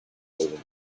moving